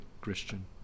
Christian